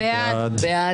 מי נגד?